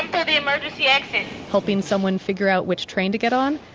and um yeah helping someone figure out which train to get on.